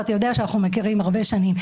ואתה יודע שאנחנו מכירים הרבה שנים,